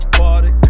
party